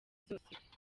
zose